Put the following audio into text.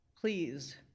please